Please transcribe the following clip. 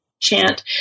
chant